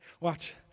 Watch